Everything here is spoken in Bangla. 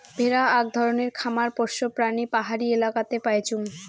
ভেড়া আক ধরণের খামার পোষ্য প্রাণী পাহাড়ি এলাকাতে পাইচুঙ